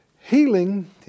Healing